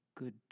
good